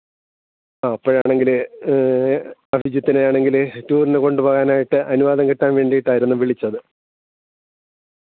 ആ അപ്പോഴാണെങ്കിൽ അഭിജിത്തിനെ ആണെങ്കിൽ ടൂറിനു കൊണ്ടു പോകാനായിട്ട് അനുവാദം കിട്ടാൻ വേണ്ടിയിട്ടായിരുന്നു വിളിച്ചത്